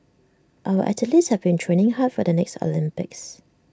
our athletes have been training hard for the next Olympics